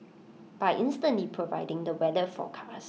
by instantly providing the weather